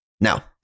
Now